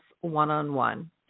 one-on-one